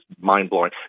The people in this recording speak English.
mind-blowing